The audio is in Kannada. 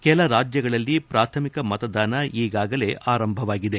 ಕೆಲ ರಾಜ್ಲಗಳಲ್ಲಿ ಪ್ರಾಥಮಿಕ ಮತದಾನ ಈಗಾಗಲೇ ಆರಂಭವಾಗಿದೆ